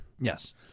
Yes